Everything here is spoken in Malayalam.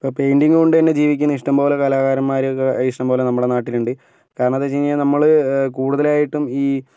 ഇപ്പോൾ പെയിൻ്റിങ്ങ് കൊണ്ട് തന്നെ ജീവിക്കുന്ന ഇഷ്ടംപോലെ കലാകാരന്മാർ ഇഷ്ടം പോലെ നമ്മുടെ നാട്ടിൽ ഉണ്ട് കാരണം എന്ന് വെച്ചുകഴിഞ്ഞാൽ നമ്മൾ കൂടുതലായിട്ടും ഈ